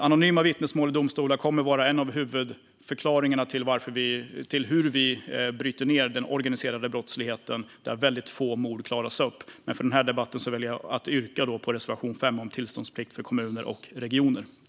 Anonyma vittnesmål i domstolar kommer att vara en av huvudförklaringarna till hur vi bryter ned den organiserade brottsligheten där få mord klaras upp. Jag yrkar bifall till utskottets förslag till beslut.